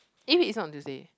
if it's not on Tuesday